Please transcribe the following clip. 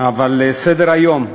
אבל סדר-היום,